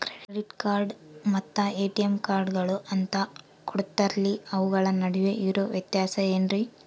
Credit card ಮತ್ತ ATM ಕಾರ್ಡುಗಳು ಅಂತಾ ಕೊಡುತ್ತಾರಲ್ರಿ ಅವುಗಳ ನಡುವೆ ಇರೋ ವ್ಯತ್ಯಾಸ ಏನ್ರಿ?